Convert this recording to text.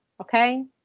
Okay